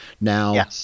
Now